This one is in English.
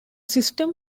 system